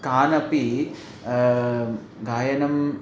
कानपि गायनं